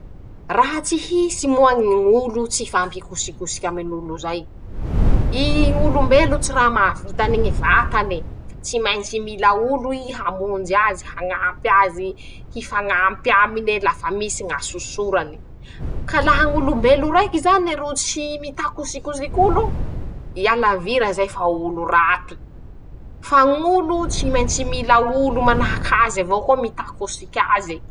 <...>Raha tsy hisy moa ñy olo tsy hifampikisokisoky amin'olo zay, ii olombelo tsy raha mahavita ñy vatane, tsy maintsy mila olo ii hamonjy azy, hañampy azy, hifañampe amine lafa misy ñasosorane, ka laha ñ'olombelo raiky zany ro tsy mitakisokisok'olo, ialavira zay fa olo raty, fa ñ'olo tsy maintsy mila olo manahak'aze avao koa mitakosiky aze.